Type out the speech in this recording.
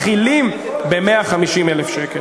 מתחילים ב-150,000 שקל.